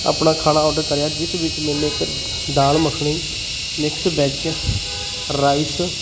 ਆਪਣਾ ਖਾਣਾ ਔਡਰ ਕਰਿਆ ਜਿਸ ਵਿੱਚ ਮੈਨੇ ਇੱਕ dal makhani mix veg rice